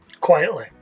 quietly